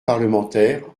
parlementaires